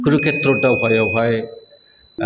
Kurukshetra दावहायावहाय